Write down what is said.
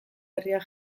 herriak